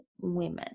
women